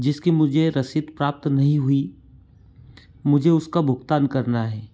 जिसकी मुझे रसीद प्राप्त नहीं हुई मुझे उसका भुगतान करना है